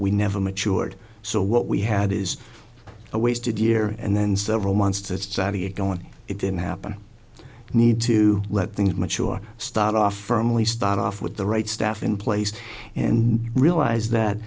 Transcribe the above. we never mature so what we had is a wasted year and then several months to get going it didn't happen need to let things mature start off firmly start off with the right staff in place and realize that